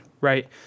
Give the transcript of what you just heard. right